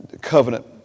Covenant